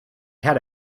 had